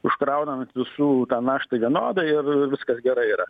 užkraunam ant visų tą naštą vienodai ir viskas gerai yra